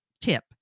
tip